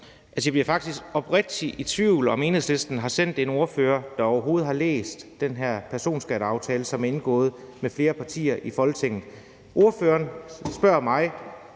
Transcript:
jeg bliver faktisk oprigtigt i tvivl om, om Enhedslisten har sendt en ordfører, der overhovedet har læst den her personskatteaftale, som er indgået mellem flere partier i Folketinget. Ordføreren spørger mig